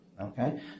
okay